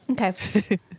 okay